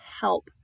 help